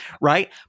right